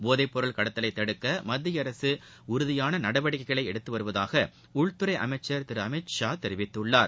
போதைப் பொருள் கடத்தலைத் தடுக்க மத்திய அரசு உறுதியான நடவடிக்கைகளை எடுத்து வருவதாக உள்துறை அமைச்சர் திரு அமித்ஷா தெரிவித்துள்ளார்